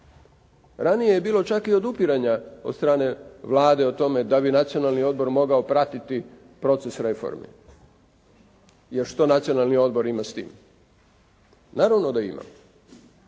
Ranije je bilo čak i odupiranja od strane Vlade o tome da bi Nacionalni odbor mogao pratiti proces reformi jer što Nacionalni odbor ima s tim. Naravno da ima.